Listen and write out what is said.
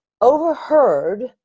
overheard